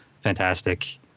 fantastic